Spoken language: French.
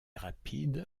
rapide